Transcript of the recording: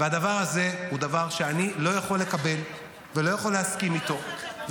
והדבר הזה הוא דבר שאני לא יכול לקבל ולא יכול להסכים איתו,